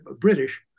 British